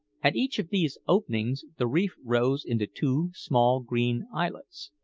at each of these openings the reef rose into two small green islets,